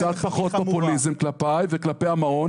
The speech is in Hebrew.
אני מציע לך קצת פחות פופוליזם כלפיי וכלפי המעון.